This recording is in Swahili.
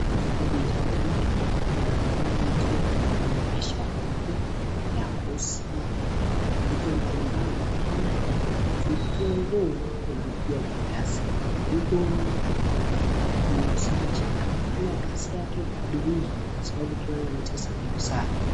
Katika picha hili , mtu anafanya biashara yake ya kuuza vitu mbali mbali. Naona nyanya, vitunguu na pia viazi. Huyu muuzaji anafanya kazi yake kwa bidii sababu ukiona amejaza vitu zake.